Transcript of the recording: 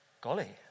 Golly